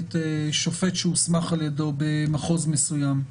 שבאמת שופט שהוסמך על ידו במחוז מסוים,